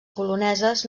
poloneses